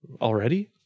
already